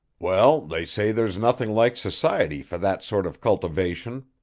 well, they say there's nothing like society for that sort of cultivation,